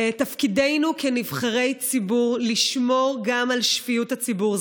תפקידנו כנבחרי ציבור לשמור גם על שפיות הציבור.